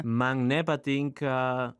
man nepatinka